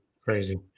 crazy